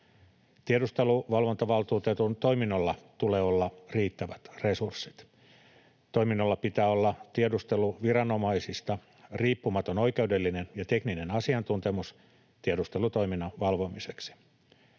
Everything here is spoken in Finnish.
Tiedusteluvalvontavaltuutetun toiminnolla tulee olla riittävät resurssit. Toiminnolla pitää olla tiedusteluviranomaisista riippumaton oikeudellinen ja tekninen asiantuntemus tiedustelutoiminnan valvomiseksi.